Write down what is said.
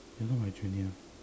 you're not my junior